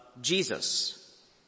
Jesus